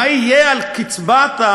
מה יהיה על קצבת,